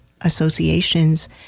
associations